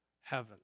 heaven